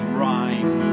rhyme